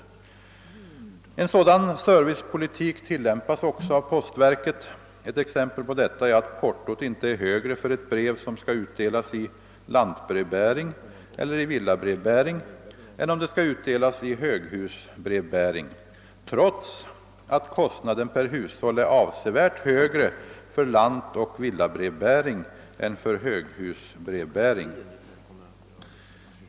En sådan servicepolitik tillämpas också av postverket. Ett exempel på detta är att portot inte är högre för ett brev som skall utdelas i lantbrevbäring eller i villabrevbäring än om det skall utdelas i höghusbrevbäring, trots att kostnaden per hushåll är avsevärt högre för lantoch villabrevbäring än för höghusbrevbäring.